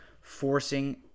forcing